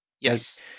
Yes